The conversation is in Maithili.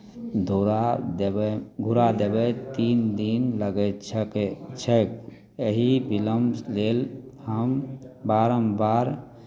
धुरा देबै घुरा देबै तीन दिन लगैत छकै छैक एहि बिलम्ब लेल हम बारम्बार